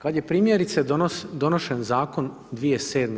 Kad je primjerice donošen zakon 2007.